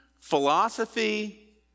philosophy